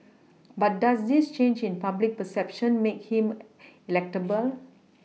but does this change in public perception make him electable